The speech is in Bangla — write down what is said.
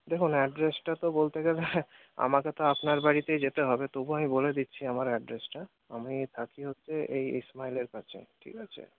দেখুন অ্যাড্রেসটা তো বলতে গেলে আমাকে তো আপনার বাড়িতেই যেতে হবে তবুও আমি বলে দিচ্ছি আমার অ্যাড্রেসটা আমি থাকি হচ্ছে এই ইসমাইলের কাছে ঠিক আছে